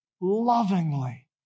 lovingly